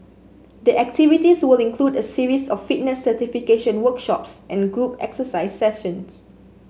the activities will include a series of fitness certification workshops and group exercise sessions